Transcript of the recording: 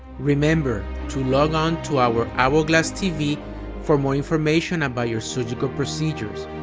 remember to log on to our hourglass tv for more information about your surgical procedures.